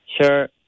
sure